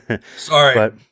Sorry